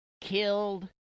killed